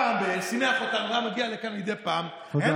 אבל כשאתה יושב פה ומנהל את הישיבה לידי אני לא